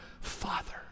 Father